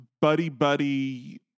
buddy-buddy